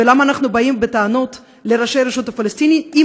ולמה אנחנו באים בטענות לראשי הרשות הפלסטינית אם